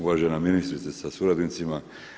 Uvažena ministrice sa suradnicima.